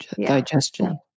digestion